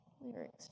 lyrics